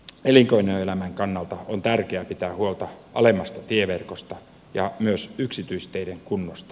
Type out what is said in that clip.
elinkeinoelämän kannalta on tärkeää pitää huolta alemmasta tieverkosta ja myös yksityisteiden kunnosta